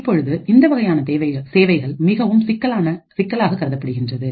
இப்பொழுது இந்த வகையான சேவைகள் மிகவும் சிக்கலாக கருதப்படுகின்றது